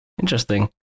Interesting